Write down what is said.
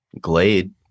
Glade